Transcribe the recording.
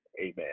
amen